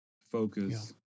focus